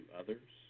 others